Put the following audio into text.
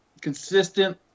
consistent